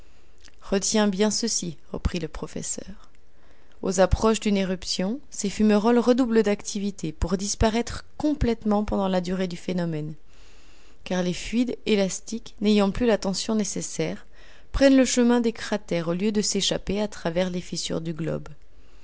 retiens bien ceci reprit le professeur aux approches d'une éruption ces fumerolles redoublent d'activité pour disparaître complètement pendant la durée du phénomène car les fluides élastiques n'ayant plus la tension nécessaire prennent le chemin des cratères au lieu de s'échapper à travers les fissures du globe